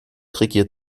regiert